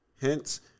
Hence